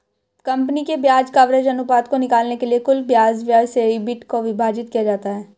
company के ब्याज coverage अनुपात को निकालने के लिए कुल ब्याज व्यय से ईबिट को विभाजित किया जाता है